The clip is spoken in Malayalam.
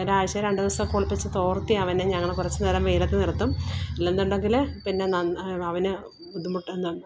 ഒരാഴ്ചയില് രണ്ടു ദിവസമൊക്കെ കുളിപ്പിച്ച് തോര്ത്തി അവനെ ഞങ്ങള് കുറച്ച് നേരം വെയിലത്ത് നിര്ത്തും അല്ലന്നുണ്ടങ്കില് പിന്നെ നന്നാ അവനു ബുദ്ധിമുട്ടൊന്നും